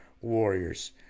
Warriors